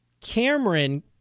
Cameron